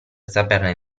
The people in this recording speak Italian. saperne